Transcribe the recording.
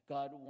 God